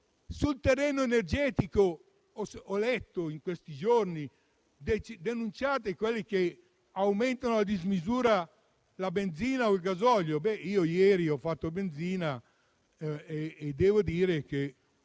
Sul terreno energetico, ho letto in questi giorni che denunciate quelli che aumentano a dismisura il prezzo della benzina o del gasolio. Ebbene, ieri ho fatto benzina e devo dire che,